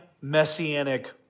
messianic